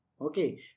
Okay